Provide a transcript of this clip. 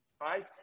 right